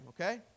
okay